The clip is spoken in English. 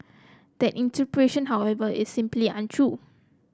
that interpretation however is simply untrue